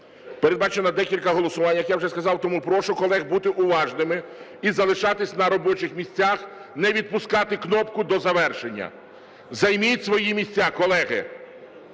Передбачено декілька голосувань, так, як я вже сказав, тому прошу колег бути уважними і залишатись на робочих місцях, не відпускати кнопку до завершення. Займіть свої місця, колеги!